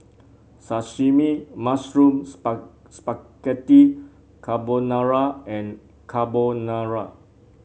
Sashimi Mushroom Spaghetti Carbonara and Carbonara